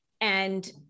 And-